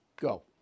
Go